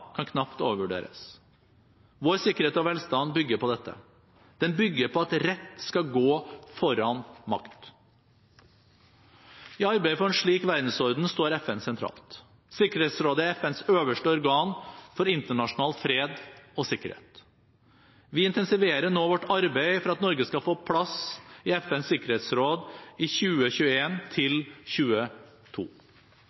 kan knapt overvurderes. Vår sikkerhet og velstand bygger på dette. Den bygger på at rett skal gå foran makt. I arbeidet for en slik verdensorden står FN sentralt. Sikkerhetsrådet er FNs øverste organ for internasjonal fred og sikkerhet. Vi intensiverer nå vårt arbeid for at Norge skal få plass i FNs sikkerhetsråd i